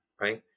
right